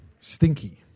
stinky